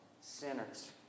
sinners